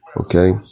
okay